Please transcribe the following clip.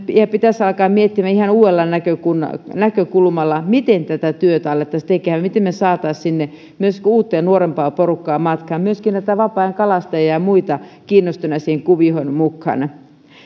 pitäisi nyt alkaa miettimään ihan uudella näkökulmalla näkökulmalla miten tätä työtä alettaisiin tekemään miten me saisimme sinne myös uutta ja nuorempaa porukkaa matkaan myöskin vapaa ajankalastajia ja muita kiinnostuneita siihen kuvioon mukaan